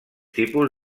tipus